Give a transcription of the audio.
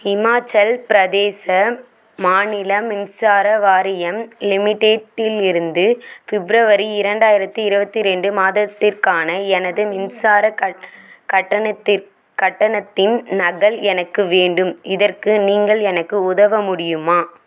இமாச்சல் பிரதேச மாநிலம் மின்சார வாரியம் லிமிட்டேட்டில் இருந்து ஃபிப்ரவரி இரண்டாயிரத்தி இருபத்தி ரெண்டு மாதத்திற்கான எனது மின்சார கட் கட்டணத்திற் கட்டணத்தின் நகல் எனக்கு வேண்டும் இதற்கு நீங்கள் எனக்கு உதவ முடியுமா